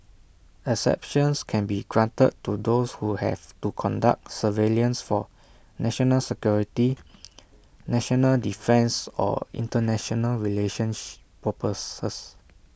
exceptions can be granted to those who have to conduct surveillance for national security national defence or International relationship purposes